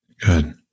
good